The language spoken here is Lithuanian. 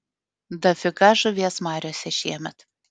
dafiga žuvies mariose šiemet